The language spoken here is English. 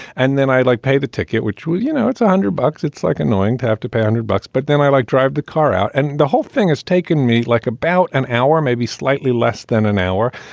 and then i'd like pay the ticket, which will you know, it's a hundred bucks. it's like annoying to have to pay a hundred bucks. but then i like drive the car out. and the whole thing has taken me like about an hour, maybe slightly less than an hour.